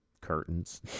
curtains